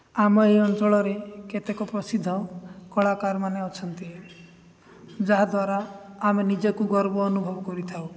ଆମ ଏ ଅଞ୍ଚଳରେ କେତେକ ପ୍ରସିଦ୍ଧ କଳାକାରମାନେ ଅଛନ୍ତି ଯାହା ଦ୍ୱାରା ଆମେ ନିଜକୁ ଗର୍ବ ଅନୁଭବ କରିଥାଉ